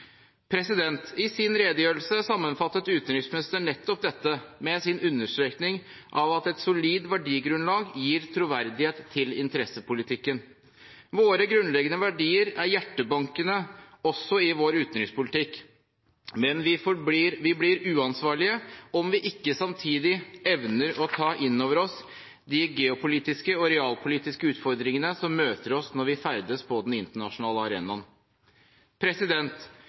I sin redegjørelse sammenfattet utenriksministeren nettopp dette med sin understrekning av at «et solid verdigrunnlag gir troverdighet til interessepolitikken». Våre grunnleggende verdier er hjertebankene også i vår utenrikspolitikk, men vi blir uansvarlige om vi ikke samtidig evner å ta inn over oss de geopolitiske og realpolitiske utfordringene som møter oss når vi ferdes på den internasjonale arenaen.